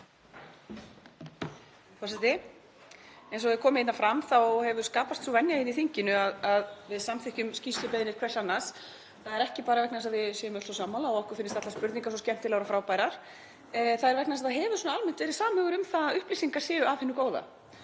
Eins og hefur komið fram þá hefur skapast sú venja hér í þinginu að við samþykkjum skýrslubeiðnir hvert annars. Það er ekki bara vegna þess að við séum öll svo sammála og að okkur finnist allar spurningar svo skemmtilegar og frábærar. Það er vegna þess að það hefur almennt verið samhugur um að upplýsingar séu af hinu góða.